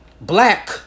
Black